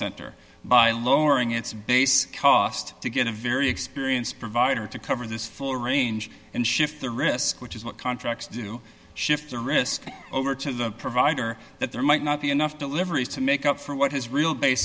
center by lowering its base cost to get a very experienced provider to cover this full range and shift the risk which is what contracts do shift the risk over to the provider that there might not be enough deliveries to make up for what his real base